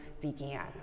began